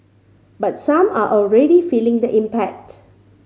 but some are already feeling the impact